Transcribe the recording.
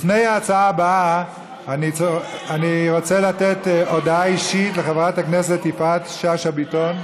לפני ההצעה הבאה אני רוצה לתת הודעה אישית לחברת הכנסת יפעת שאשא ביטון,